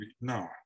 no